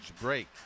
break